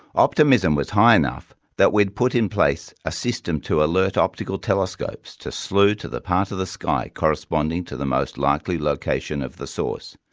optimism was high enough that we had put in place a system to alert optical telescopes to slew to the part of the sky corresponding to the most likely location of the source,